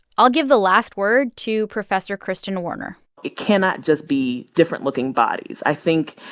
i'll give the last word to professor kristen warner it cannot just be different-looking bodies. i think,